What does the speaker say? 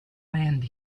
land